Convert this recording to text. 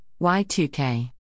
Y2K